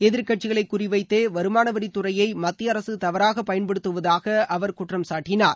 எதிர்கட்சிகளைக் குறிவைத்தேவருமானவரித்துறையைமத்தியஅரசுதவறாகப் பயன்படுத்துவதாகஅவர் குற்றம் சாட்டினார்